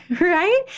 right